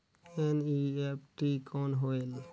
NEFT कौन होएल?